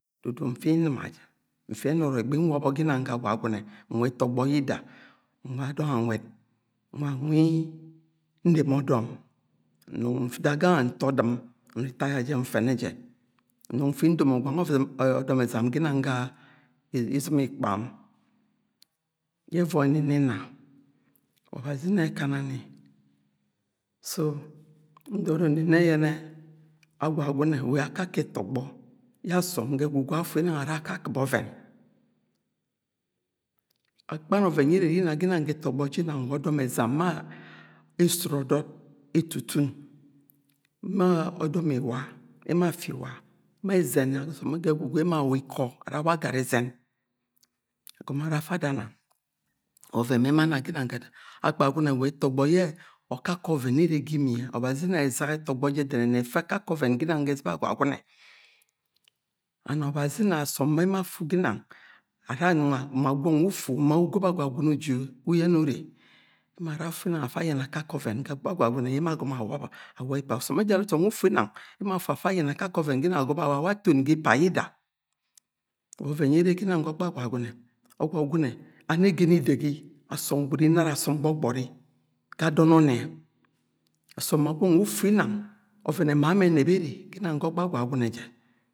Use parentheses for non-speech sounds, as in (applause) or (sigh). Dudu ifi nrɨma jẹ ẹfẹ ẹnọrọ ẹgbẹ nwọbo̱ ginang ga Agwagune nwa ẹtọgbọ yida nwa dọng-a nwẹd nwa nwi nreme ọdọm nnung nda gange ntọ ọdɨm nritaya jẹ nfẹnẹ jẹ nnung nfi ndomo gwang ọvẹn ọdọm ẹzam ginang ga izɨm ikpọ am yẹ ẹvoi ni nni nna ọbazi ina ẹkana ní, so ndoro ni nnẹ yẹnẹ Agwagune wa akakẹ ẹtọgbọ yẹ asọm ga ẹgwugwu afu inang ara afa akɨp ọven akpan ọvẹn yẹ ire wa ọdọm ẹzam ma esut-ọdọd ma ẹzen osọm ga ẹgwugwu emo awa ikọ arawa agara ẹzẹn agọmọ ara afa adana wa ọvẹn yẹ emo ana ginang (unintelligible) Agbagwune wa ẹtọgbọ yẹ akakọ ọvẹn ere ga imiẹ ọbazi ina ezaga ẹtọgbọ jẹ dẹnẹnẹ efẹ akakẹ ọvẹn ginang ga ẹzɨba Agwagune and ọbazi ina asọm bẹ emo ginang ara anonga ma gwọng wu ufu uma ugobo Agwagune uji uyẹnẹ urre emo ara afu inang afa ayẹnẹ akakẹ ọvẹn ga ẹtọgbọ Agwagune ye emo agọmọ awọbọ awa ipa, ọsọm ẹjara osọm wu ugu inang emo afu afa ayene akake ọvẹn ginang agọmọ awa-awa aton ga ipa yida wa ọvẹn yẹ ere ginang ga ọgbọ Agwagune, ọgwọgune anegen idege asọm gwud inara asọm gbọgbọr ga adọn ọnnẹ ọsọm magwọng wu ufu inang ọvẹn ẹna mọ enẹp ere ginang ga ọgbọ Agwagune jẹ.